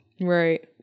Right